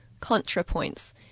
ContraPoints